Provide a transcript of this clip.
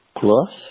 plus